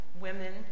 women